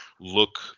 look